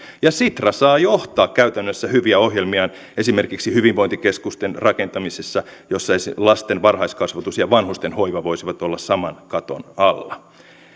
sitra saa johtaa käytännössä hyviä ohjelmiaan esimerkiksi hyvinvointikeskusten rakentamisessa jossa lasten varhaiskasvatus ja vanhusten hoiva voisivat olla saman katon alla